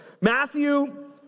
Matthew